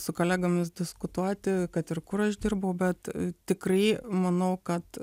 su kolegomis diskutuoti kad ir kur aš dirbau bet tikrai manau kad